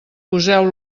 poseu